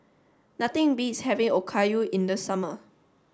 nothing beats having Okayu in the summer